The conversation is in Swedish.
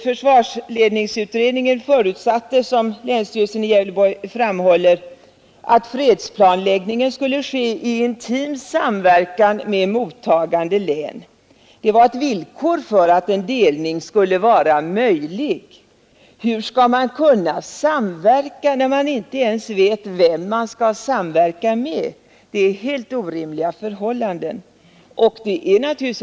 Försvarsledningsutredningen förutsatte, som länstyrelsen i Gävleborg framhåller, att fredsplanläggningen skulle ske i intim samverkan med mottagande län — det var ett villkor för att en delning skulle vara möjlig. Hur skall man kunna samverka när man inte vet vem man skall samverka med? Det är helt orimliga förhållanden.